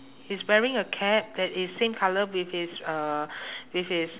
he's wearing a cap that is same colour with his uh with his